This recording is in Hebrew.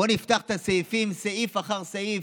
בואו נפתח את הסעיפים, סעיף אחר סעיף.